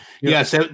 Yes